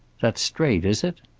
that's straight, is it?